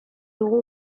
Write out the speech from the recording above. dugu